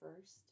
first